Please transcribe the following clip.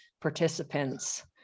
participants